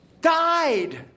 died